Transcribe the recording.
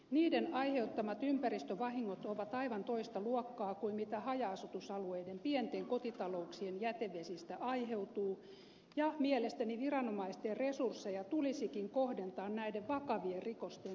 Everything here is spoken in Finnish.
niiden aiheuttamat ympäristövahingot ovat aivan toista luokkaa kuin mitä haja asutusalueiden pienten kotitalouksien jätevesistä aiheutuu ja mielestäni viranomaisten resursseja tulisikin kohdentaa näiden vakavien rikosten selvittämiseen